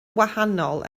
wahanol